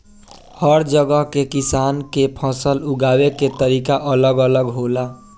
हर जगह के किसान के फसल उगावे के तरीका अलग अलग होला